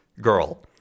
girl